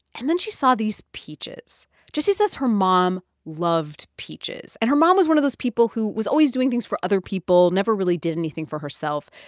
and then she saw these peaches jessie says her mom loved peaches. and her mom was one of those people who was always doing things for other people, never really did anything for herself.